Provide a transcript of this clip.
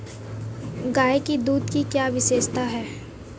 गाय के दूध की क्या विशेषता है?